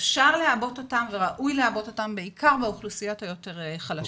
אפשר וראוי לעבות אותן בעיקר באוכלוסיות היותר חלשות.